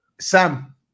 Sam